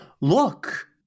Look